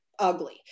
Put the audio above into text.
ugly